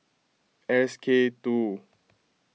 S K two